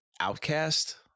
outcast